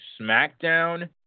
smackdown